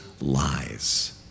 lies